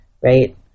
Right